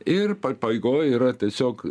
ir pabaigoj yra tiesiog